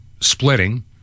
splitting